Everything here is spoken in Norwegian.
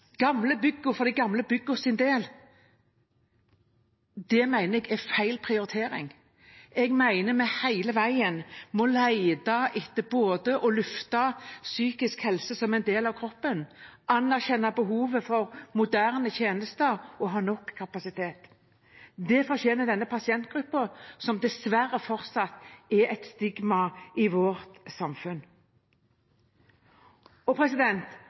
gamle byggenes del. Det mener jeg er feil prioritering. Jeg mener vi hele veien må lete etter både å løfte psykisk helse som en del av kroppen, anerkjenne behovet for moderne tjenester og ha nok kapasitet. Det fortjener denne pasientgruppen, som dessverre fortsatt er stigmatisert i vårt samfunn.